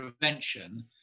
prevention